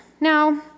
Now